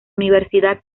universidad